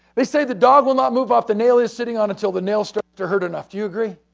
they say the dog will not move off the nail is sitting on until the nails stricter hurt enough do you agree?